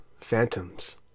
phantoms